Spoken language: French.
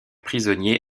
prisonnier